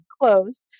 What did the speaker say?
closed